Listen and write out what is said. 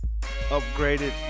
upgraded